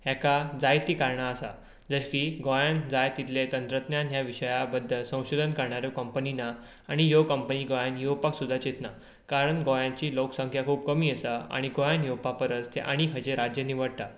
हाका जायतीं कारणां आसात जशें गोंयांत जाय तितले तंत्रज्ञान ह्या विशया बद्दल संशोधन करणाऱ्यो कंपनी ना आनी कंपनी गोंयांत येवपाक सुद्दां चितनात कारण गोंयाची लोकसंख्या खूब कमी आसा आनी गोंयांत येवपा परस ते आनी खंयचेय राज्य निवडटात